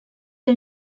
que